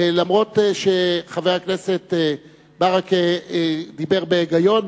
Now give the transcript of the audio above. ואף-על-פי שחבר הכנסת ברכה דיבר בהיגיון,